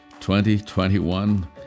2021